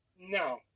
no